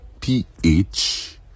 P-H